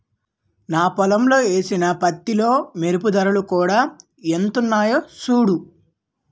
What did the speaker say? నా పొలంలో ఏసిన పత్తిలో మెరుపు దారాలు కూడా వొత్తన్నయ్ సూడూ